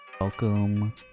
Welcome